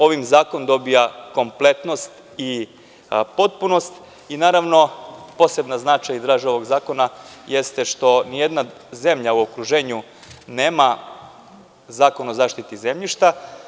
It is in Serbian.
Ovim zakon dobija kompleksnost i potpunost i naravno, poseban značaj i draž ovog zakona jeste što ni jedna zemlja u okruženju nema zakon o zaštiti zemljišta.